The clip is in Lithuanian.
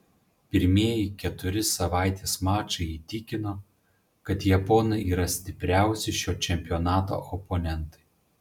pirmieji keturi savaitės mačai įtikino kad japonai yra stipriausi šio čempionato oponentai